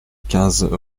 quinze